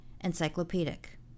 encyclopedic